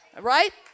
Right